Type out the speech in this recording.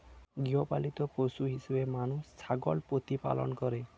গৃহপালিত পশু হিসেবে মানুষ ছাগল প্রতিপালন করে